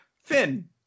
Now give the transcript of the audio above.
finn